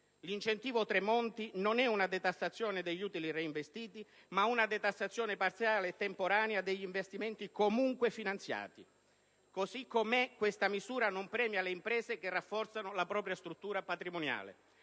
L'incentivo Tremonti non è una detassazione degli utili reinvestiti, ma una detassazione parziale e temporanea degli investimenti comunque finanziati. Così com'è questa misura non premia le imprese che rafforzano la propria struttura patrimoniale.